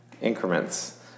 increments